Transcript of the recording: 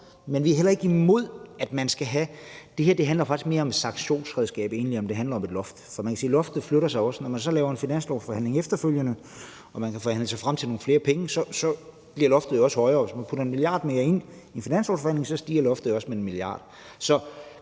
men vi er heller ikke imod, at man skal have noget. Det her handler egentlig mere om et sanktionsredskab, end det handler om et loft, for man kan sige, at loftet også flytter sig. Når man så laver en finanslovsforhandling efterfølgende, hvor man kan forhandle sig frem til nogle flere penge, så bliver loftet jo også højere. Hvis man putter 1 mia. kr. mere ind i en finanslovsforhandling, stiger loftet også med 1 mia.